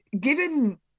given